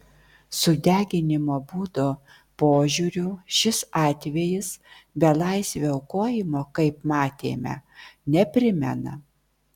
sudeginimo būdo požiūriu šis atvejis belaisvio aukojimo kaip matėme neprimena